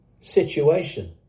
situation